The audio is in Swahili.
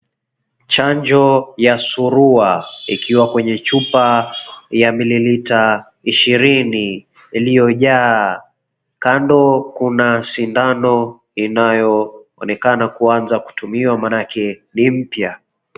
Chanjo ya surua ikiwa kwenye chupa ya mililita ishirini iliyojaa. Kando kuna sindano inayoonekana kuanza kutumiwa manake ni mpya.